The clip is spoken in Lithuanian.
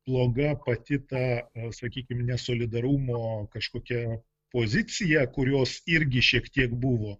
bloga pati ta sakykim nesolidarumo kažkokia pozicija kurios irgi šiek tiek buvo